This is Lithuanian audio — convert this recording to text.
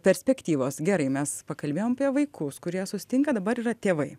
perspektyvos gerai mes pakalbėjom apie vaikus kurie susitinka dabar yra tėvai